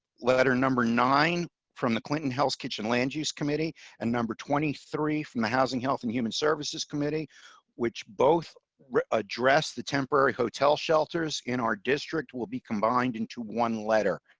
letter number nine from the clinton hell's kitchen land use committee and number twenty three from the housing, health and human services committee which both address the temporary hotel shelters in our district will be combined into one letter